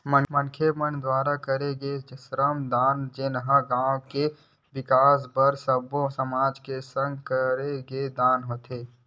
मनखे मन दुवारा करे गे श्रम दान जेनहा गाँव के बिकास बर सब्बो समाज के संग करे गे दान होथे